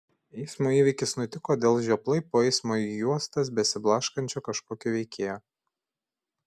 eismo įvykis nutiko dėl žioplai po eismo juostas besiblaškančio kažkokio veikėjo